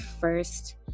first